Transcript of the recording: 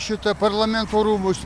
šitą parlamento rūmus